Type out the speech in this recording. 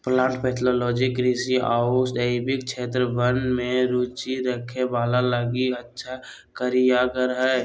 plant pathology कृषि आऊ जैविक क्षेत्र वन में रुचि रखे वाला लगी अच्छा कैरियर हइ